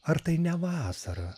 ar tai ne vasara